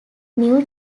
new